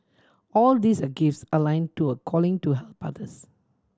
all these are gifts align to a calling to help others